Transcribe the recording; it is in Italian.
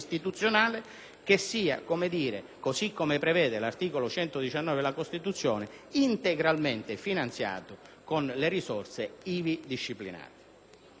che sia, così come prevede l'articolo 119 della Costituzione, integralmente finanziato con le risorse ivi disciplinate.